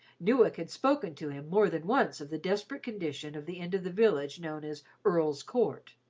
newick had spoken to him more than once of the desperate condition of the end of the village known as earl's court.